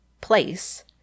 place